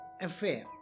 affair